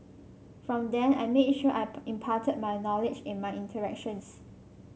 from then I made sure I imparted my knowledge in my interactions